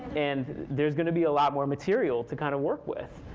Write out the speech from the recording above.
and there's going to be a lot more material to kind of work with.